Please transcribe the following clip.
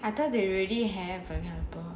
I thought they already have a helper